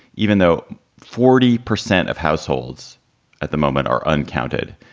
even though forty percent of households at the moment are uncounted.